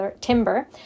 timber